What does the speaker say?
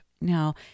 Now